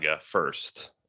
first